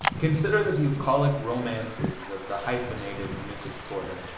consider the bucolic romances of the hyphenated mrs. porter.